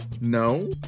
No